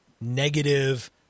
negative